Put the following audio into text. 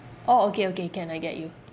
orh okay okay can I get you